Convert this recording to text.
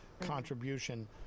Contribution